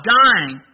dying